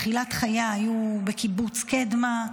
תחילת חייה הייתה בקיבוץ קדמה,